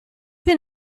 been